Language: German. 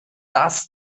das